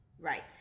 right